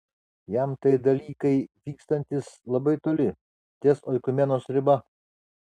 jam tai dalykai vykstantys labai toli ties oikumenos riba